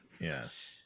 Yes